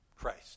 Christ